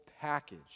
package